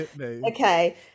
Okay